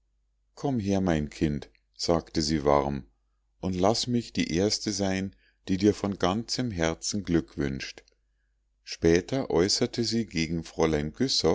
komm her mein kind sagte sie warm und laß mich die erste sein die dir von ganzem herzen glück wünscht später äußerte sie gegen